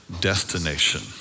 destination